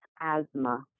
asthma